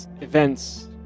events